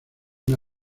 una